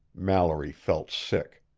mallory felt sick.